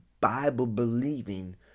Bible-believing